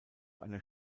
einer